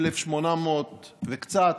1800 וקצת,